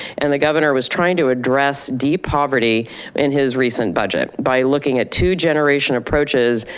and the governor was trying to address deep poverty in his recent budget by looking at two generation approaches,